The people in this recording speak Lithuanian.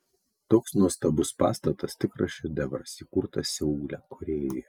toks nuostabus pastatas tikras šedevras įkurtas seule korėjoje